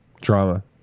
Drama